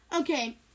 okay